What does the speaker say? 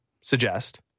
suggest